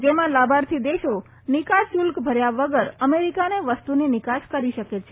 જેમાં લાભાર્થી દેશો નિકાસ શુલ્ક ભર્યા વગર અમેરિકાને વસ્તુની નિકાસ કરી શકે છે